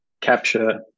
capture